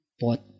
Pot